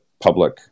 public